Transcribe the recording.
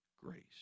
grace